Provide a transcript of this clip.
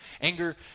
Anger